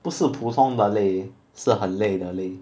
不是普通的累是很累的累